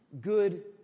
good